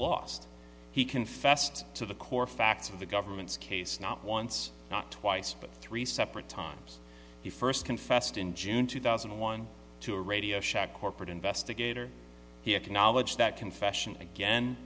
lost he confessed to the core facts of the government's case not once not twice but three separate times he first confessed in june two thousand and one to a radio shack corporate investigator he acknowledged that confession again